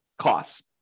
costs